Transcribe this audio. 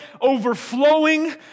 overflowing